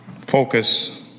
focus